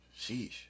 Sheesh